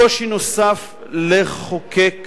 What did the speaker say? קושי נוסף לחוקק